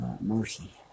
Mercy